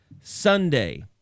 Sunday